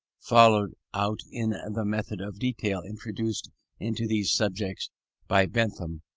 followed out in the method of detail introduced into these subjects by bentham,